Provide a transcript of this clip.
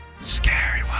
Scary